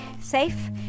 safe